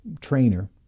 trainer